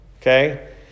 Okay